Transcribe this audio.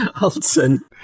Alton